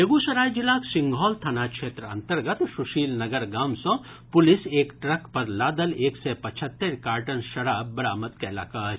बेगूसराय जिलाक सिंघौल थाना क्षेत्र अन्तर्गत सुशीलनगर गाम सँ पुलिस एक ट्रक पर लादल एक सय पचहत्तरि कार्टन शराब बरामद कयलक अछि